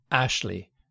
Ashley